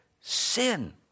sin